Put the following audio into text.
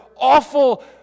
awful